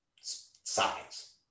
Science